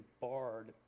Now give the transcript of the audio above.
barred